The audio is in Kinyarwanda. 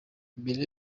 mbere